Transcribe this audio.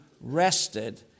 rested